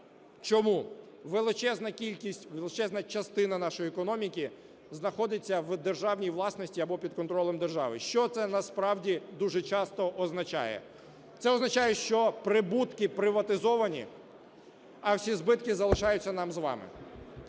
Чому? Величезна кількість, величезна частина нашої економіки знаходиться в державній власності або під контролем держави. Що це насправді дуже часто означає? Це означає, що прибутки приватизовані, а всі збитки залишаються нам з вами.